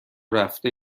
رفته